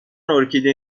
ارکیده